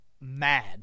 mad